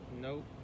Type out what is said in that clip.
Nope